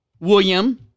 William